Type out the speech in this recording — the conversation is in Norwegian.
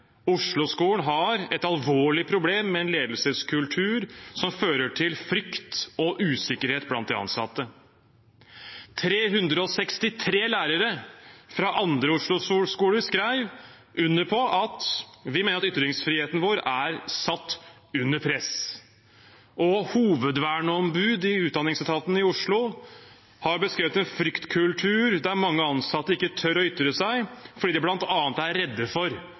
har et alvorlig problem med en ledelseskultur som leder til frykt og usikkerhet blant de ansatte». 363 lærere fra andre skoler i Oslo skrev under på følgende: «Vi mener at ytringsfriheten vår er satt under press.» Hovedverneombud i Utdanningsetaten i Oslo har beskrevet «en fryktkultur der mange ansatte ikke tør å ytre seg, fordi de blant annet er redde for